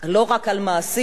לא רק למעשים,